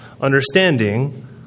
understanding